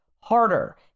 harder